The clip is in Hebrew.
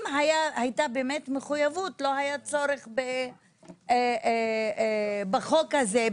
אם הייתה מחויבת, לא היה צורך בחוק הזה.